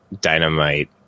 dynamite